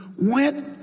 went